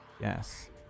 yes